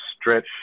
stretch